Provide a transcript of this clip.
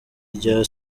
rya